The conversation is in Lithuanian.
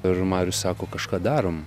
ir marius sako kažką darom